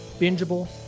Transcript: bingeable